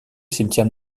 cimetière